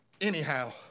anyhow